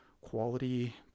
quality